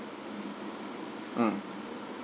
mm